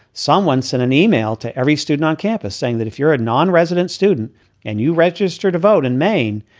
someone sent an email to every student on campus saying that if you're a nonresident student and you register to vote in maine,